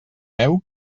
peu